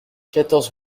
quatorze